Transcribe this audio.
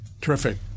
Terrific